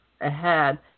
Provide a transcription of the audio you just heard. ahead